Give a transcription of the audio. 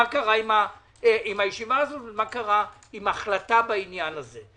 קרה עם הישיבה הזאת ומה קרה עם החלטה בעניין הזה.